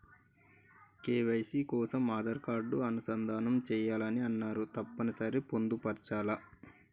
KYC కోసం Aadhaar card అనుసంధానం చేయాలని అన్నరు తప్పని సరి పొందుపరచాలా?